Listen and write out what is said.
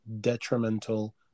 detrimental